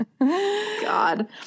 God